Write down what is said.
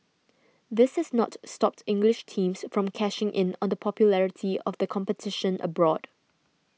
this is not stopped English teams from cashing in on the popularity of the competition abroad